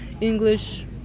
English